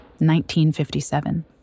1957